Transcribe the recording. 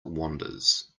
wanders